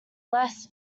less